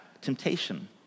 temptation